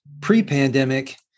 pre-pandemic